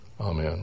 Amen